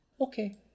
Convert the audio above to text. Okay